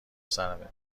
سرمه